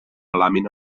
làmina